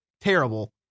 terrible